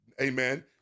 amen